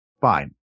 Fine